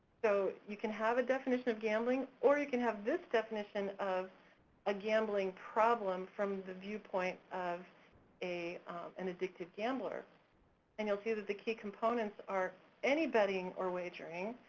so you can have a definition of gambling, or you can have this definition of a gambling problem from the viewpoint of an addictive gambler and you'll see that the key components are any betting or wagering,